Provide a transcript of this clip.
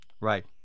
Right